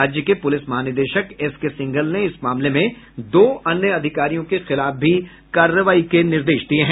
राज्य के पुलिस महानिदेशक एस के सिंघल ने इस मामले में दो अन्य अधिकारियों के खिलाफ भी कार्रवाई के निर्देश दिये हैं